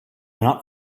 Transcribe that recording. not